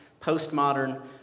postmodern